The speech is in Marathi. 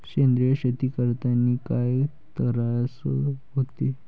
सेंद्रिय शेती करतांनी काय तरास होते?